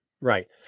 right